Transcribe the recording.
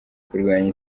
kurwanya